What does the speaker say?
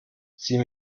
sieh